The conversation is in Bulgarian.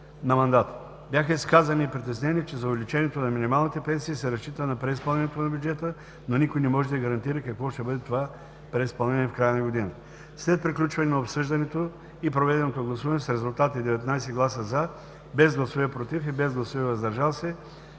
на мандата. Бяха изказани притеснения, че за увеличението на минималните пенсии се разчита на преизпълнението на бюджета, но никой не може да гарантира какво ще бъде това преизпълнение в края на годината. След приключване на обсъждането и проведеното гласуване с резултати: 19 гласа „за“, без гласове „против“ и „въздържал се“,